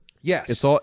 Yes